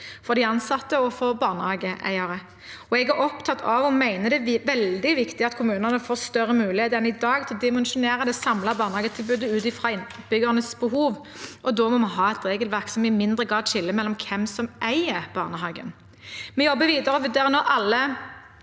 for de ansatte og for barnehageeierne. Jeg er opptatt av og mener det er veldig viktig at kommunene får større mulighet enn i dag til å dimensjonere det samlede barnehagetilbudet ut fra innbyggernes behov, og da må vi ha et regelverk som i mindre grad skiller mellom hvem som eier barnehagen. Vi jobber videre og vurderer nå alle